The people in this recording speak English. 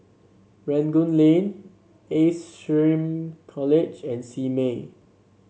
Rangoon Lane Ace SHRM College and Simei